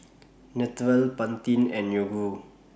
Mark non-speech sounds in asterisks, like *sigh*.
*noise* Naturel Pantene and Yoguru